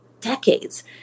decades